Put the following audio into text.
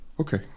Okay